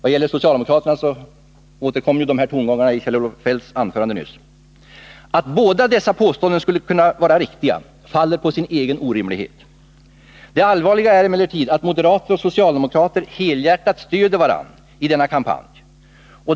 Kjell-Olof Feldt återkom med de socialdemokratiska beskyllningarna i sitt anförande för en stund sedan. Att båda dessa påståenden skulle vara riktiga faller på sin egen orimlighet. Det allvarliga är emellertid att moderater och socialdemokrater helhjärtat stöder varandra i denna kampanj.